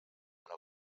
una